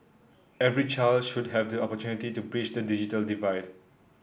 every child should have the opportunity to bridge the digital divide